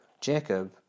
Jacob